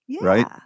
right